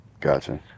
Gotcha